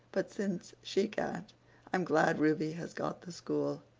but since she can't i'm glad ruby has got the school.